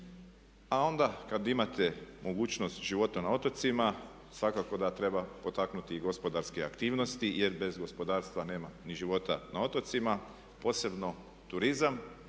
a onda kad imate mogućnost života na otocima svakako da treba potaknuti i gospodarske aktivnosti jer bez gospodarstva nema ni života na otocima, posebno turizam.